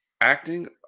Acting